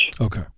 Okay